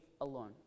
alone